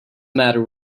matter